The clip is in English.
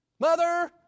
Mother